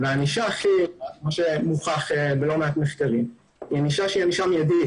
מה שמוכח בלא מעט מחקרים היא הענישה המיידית,